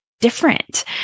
different